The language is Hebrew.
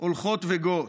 הולכות וגואות,